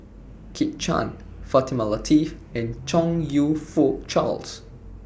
Kit Chan Fatimah Lateef and Chong YOU Fook Charles